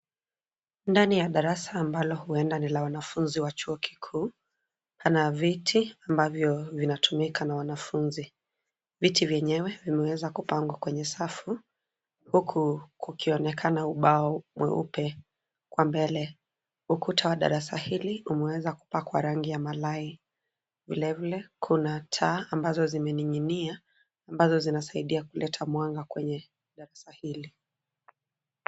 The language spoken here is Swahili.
Ndani ya darasa ambalo huenda ni la wanafunzi wa chuo kikuu, pana viti ambavyo vinatumika na wanafunzi. Viti vyenyewe vimeweza kupangwa kwenye safu, huku kukionekana ubao mweupe kwa mbele. Ukuta wa darasa hili umeweza kupakwa rangi ya malai. Vile vile, kuna taa ambazo zimening'inia ambazo zinasaidia kuleta mwanga kwenye darasa hili.